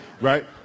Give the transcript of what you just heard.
Right